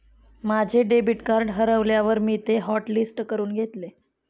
माझे debit card हरवल्यावर मी ते हॉटलिस्ट करून घेतले